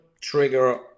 trigger